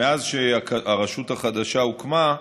מאז שהרשות החדשה הוקמה,